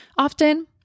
Often